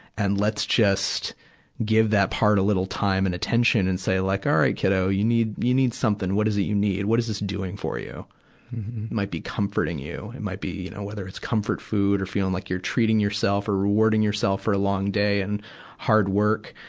and let's just give that part a little time and attention and say like, all right, kiddo. you need, you need something. what is it you need? what is this doing for you? it might comforting you. it might be, you know, whether it's comfort food or feeling like you're treating yourself or rewarding yourself for a long day and hard work.